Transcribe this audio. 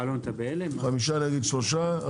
הצבעה הרוויזיה נדחתה חמישה נגד שלושה,